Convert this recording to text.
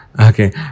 Okay